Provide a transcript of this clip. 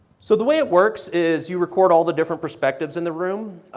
so the way it works is you record all the different perspectives in the room,